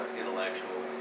intellectual